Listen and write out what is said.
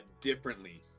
differently